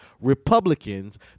Republicans